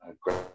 great